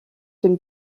den